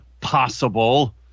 possible